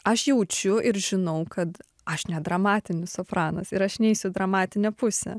aš jaučiu ir žinau kad aš ne dramatinis sopranas ir aš neisiu į dramatinę pusę